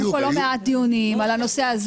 התקיימו פה לא מעט דיונים על הנושא הזה.